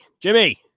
Jimmy